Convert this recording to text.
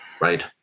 Right